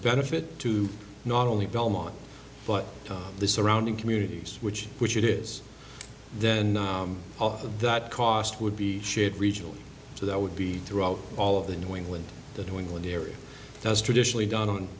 benefit to not only belmont but the surrounding communities which which it is then that cost would be shared regionally so that would be throughout all of the new england the new england area that's traditionally done